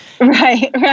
Right